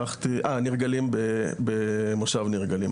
ניר גלים במושב ניר גלים,